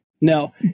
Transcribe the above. no